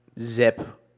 zip